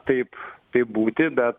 taip kaip būti be